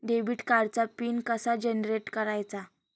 Debit कार्डचा pin कसा generate करायचा?